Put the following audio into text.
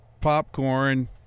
popcorn